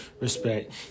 respect